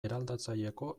eraldatzaileko